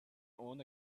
own